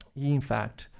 in fact,